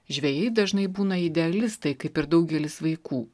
žvejai dažnai būna idealistai kaip ir daugelis vaikų